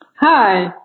Hi